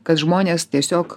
kad žmonės tiesiog